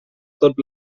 tot